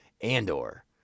Andor